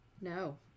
No